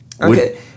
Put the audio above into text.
Okay